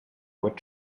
would